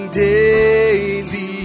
daily